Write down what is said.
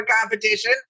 competition